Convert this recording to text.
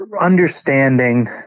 understanding